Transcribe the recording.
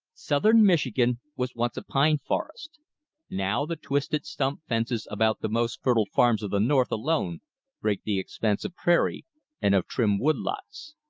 southern michigan was once a pine forest now the twisted stump-fences about the most fertile farms of the north alone break the expanse of prairie and of trim wood-lots.